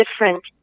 different